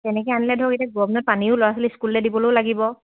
তেনেকে আনিলে ধৰক এতিয়া গৰমৰ দিনত পানীও ল'ৰা ছোৱালী ইস্কুললে দিবলেও লাগিব